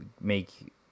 make